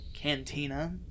Cantina